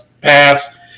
pass